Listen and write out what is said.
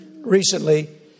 recently